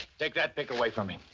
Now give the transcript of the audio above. take that pick away from him.